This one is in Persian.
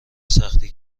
سختی